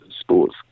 sports